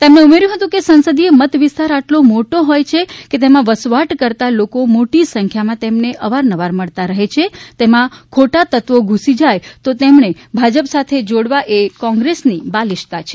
તેમણે ઉમેર્યું હતું કે સંસદીય મત વિસ્તાર આટલો મોટો હોય છે કે તેમાં વસવાટ કરતાં લોકો મોટી સંખ્યા માં તેમણે અવાર નવાર મળતા રહે છે તેમાં ખોટા તત્વો ધૂસી જાય તો તેમણે ભાજપ સાથે જોડવા એ કોંગ્રેસ ની બાલિશતા છે